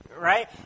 Right